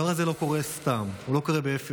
הדבר הזה לא קורה סתם, הוא לא קורה לחינם.